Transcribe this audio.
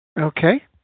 Okay